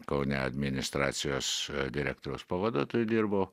kaune administracijos direktoriaus pavaduotoju dirbau